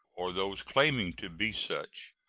or those claiming to be such,